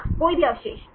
छात्र कोई भी अवशेष